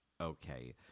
okay